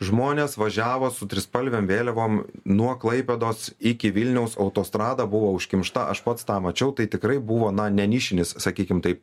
žmonės važiavo su trispalvėm vėliavom nuo klaipėdos iki vilniaus autostrada buvo užkimšta aš pats tą mačiau tai tikrai buvo na ne nišinis sakykim taip